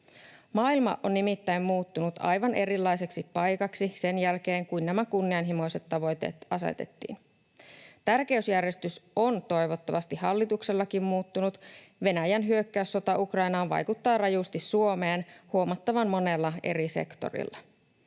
Maailma on nimittäin muuttunut aivan erilaiseksi paikaksi sen jälkeen kun nämä kunnianhimoiset tavoitteet asetettiin. Tärkeysjärjestys on toivottavasti hallituksellakin muuttunut. Venäjän hyökkäyssota Ukrainaan vaikuttaa rajusti Suomeen huomattavan monella eri sektorilla.